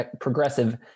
progressive